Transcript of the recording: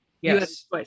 Yes